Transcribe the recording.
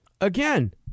again